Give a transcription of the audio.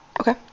Okay